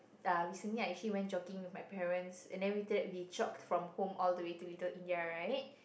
uh recently I actually went jogging with my parents and then after that we jog from home all the way to Little-India right